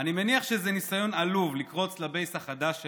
אני מניח שזה ניסיון עלוב לקרוץ לבייס החדש שלהם,